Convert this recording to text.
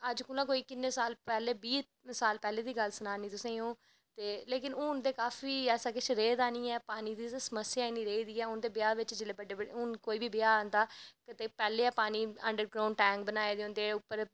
अज्ज कोला दा पैह्लें किन्ने बीह् साल पैह्लें दी गल्ल सना नी तुसेंगी में ते हून ते काफी ऐसा कुुश रेह् दा नी ऐ पानी दी ते स्मस्या गै नी रेह्दी ऐ हून कोई बी ब्याह् आंदा ते पैह्लें गै अन्डर ग्राऊंड़ टैंक बनाए दे होंदे उप्पर